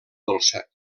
dolça